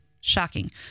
shocking